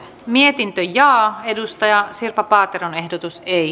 mietintö linjaa edustaja sirpa paateron ehdotus ei